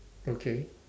okay